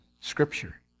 Scripture